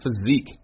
physique